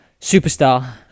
Superstar